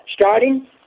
starting